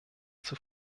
zur